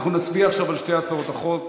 אנחנו נצביע עכשיו על שתי הצעות החוק,